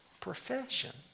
profession